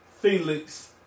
Felix